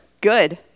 Good